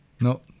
No